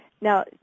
now